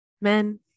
men